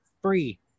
free